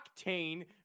octane